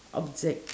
object